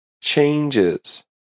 changes